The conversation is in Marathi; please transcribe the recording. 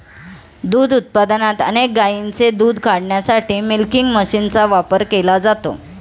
दूध उत्पादनात अनेक गायींचे दूध काढण्यासाठी मिल्किंग मशीनचा वापर केला जातो